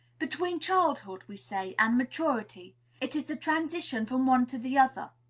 between childhood, we say, and maturity it is the transition from one to the other.